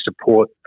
support